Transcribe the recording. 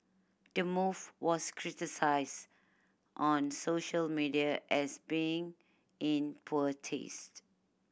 the move was criticised on social media as being in poor taste